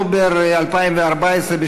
באוקטובר 2014,